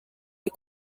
les